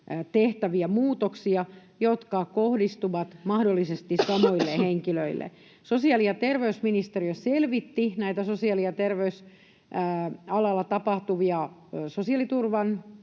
tehtäviä muutoksia, jotka kohdistuvat mahdollisesti samoille henkilöille. Sosiaali- ja terveysministeriö selvitti näitä sosiaali- ja terveysalalla tapahtuvia sosiaaliturvan